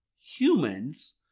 Humans